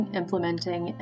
implementing